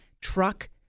truck